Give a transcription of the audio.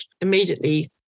immediately